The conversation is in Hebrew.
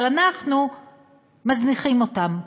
אבל אנחנו מזניחים אותם.